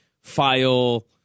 file